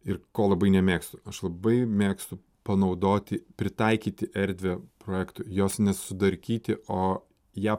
ir ko labai nemėgstu aš labai mėgstu panaudoti pritaikyti erdvę projektui jos nesudarkyti o ją